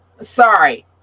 sorry